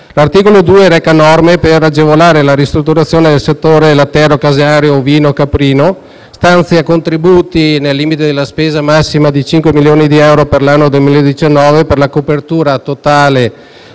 L'articolo 2 reca norme per agevolare la ristrutturazione del settore lattiero-caseario ovino caprino, stanzia contributi, nel limite massimo di spesa di cinque milioni di euro per l'anno 2019, per la copertura totale